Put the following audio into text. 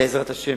בעזרת השם,